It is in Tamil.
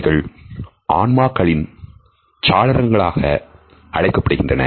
அவைகள் ஆன்மாக்களின் சாளரங்கள் என அழைக்கப்படுகிறன